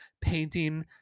painting